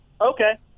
okay